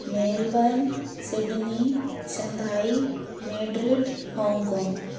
Melbourne Sydney Shanghai Madrid Hong Kong